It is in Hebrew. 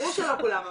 ברור שלא כולם.